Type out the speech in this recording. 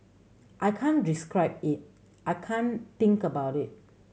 I can't describe it I can't think about it